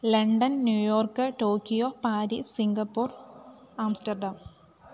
London New York Tokyo Paris Singapore Amsterdam